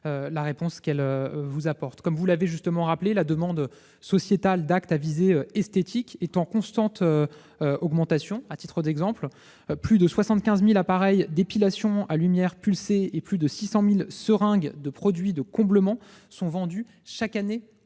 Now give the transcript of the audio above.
de répondre. Comme vous l'avez justement rappelé, la demande sociétale d'actes à visée esthétique est en constante augmentation. À titre d'exemple, plus de 75 000 appareils d'épilation à lumière pulsée et plus de 600 000 seringues de produits de comblement sont vendus chaque année